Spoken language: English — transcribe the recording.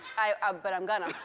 i ah but i'm gonna.